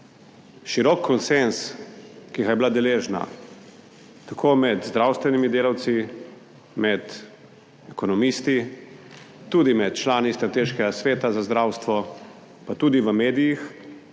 Širok konsenz, ki ga je bila deležna tako med zdravstvenimi delavci, med ekonomisti, tudi med člani strateškega sveta za zdravstvo, pa tudi v medijih